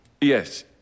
Yes